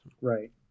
Right